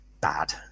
bad